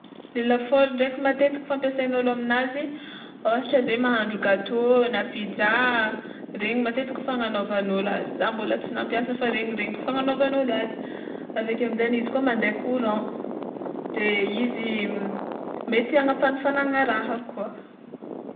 Le lafaoro ndraiky matetiky fampiasain'ôlo aminazy ôhatra ze mahandro gatô na pizza regny matetika fagnanaovan'olo azy, zah mbola tsy nampiasa fa regny regniko fagnanaovan'olo azy aveke amizay izy koa mande courant de izy mety hagnafagnafagnana raha koa.